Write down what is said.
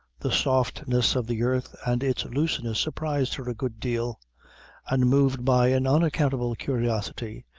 the softness of the earth and its looseness surprised her a good deal and moved by an unaccountable curiosity,